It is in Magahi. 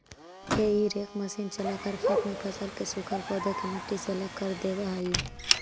हेई रेक मशीन चलाकर खेत में फसल के सूखल पौधा के मट्टी से अलग कर देवऽ हई